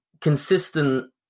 consistent